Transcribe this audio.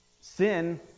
sin